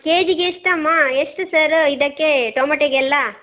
K ಜಿಗೆ ಎಷ್ಟಮ್ಮಾ ಎಷ್ಟು ಸರ್ ಇದಕ್ಕೇ ಟೊಮಾಟೋಗೆಲ್ಲಾ